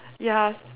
ya